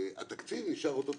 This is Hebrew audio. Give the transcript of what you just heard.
התקציב נשאר אותו תקציב.